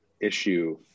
issue